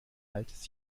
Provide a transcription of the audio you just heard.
altes